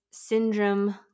syndrome